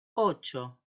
ocho